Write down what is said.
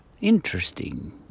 Interesting